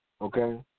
okay